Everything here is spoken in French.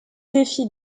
défis